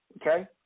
Okay